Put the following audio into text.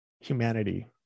humanity